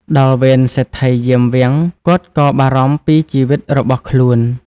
ដល់វេនសេដ្ឋីយាមវាំង គាត់ក៏បារម្ភពីជីវិតរបស់ខ្លួន។